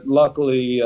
luckily